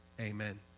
Amen